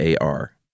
AR